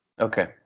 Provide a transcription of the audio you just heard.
okay